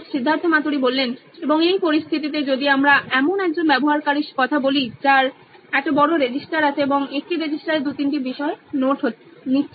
Siddharth Maturi CEO nine electronics এবং এই পরিস্থিতিতে যদি আমরা এমন একজন ব্যবহারকারীর কথা বলি যার একটি বড় রেজিস্টার আছে এবং একটি রেজিস্টারে 23 টি বিষয়ে নোট নিচ্ছে